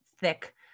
thick